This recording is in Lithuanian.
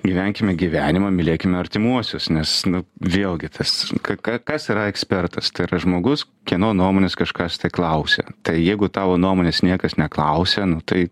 gyvenkime gyvenimą mylėkime artimuosius nes nu vėlgi tas k ka kas yra ekspertas tai yra žmogus kieno nuomonės kažkas tai klausia tai jeigu tavo nuomonės niekas neklausia tai